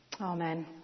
Amen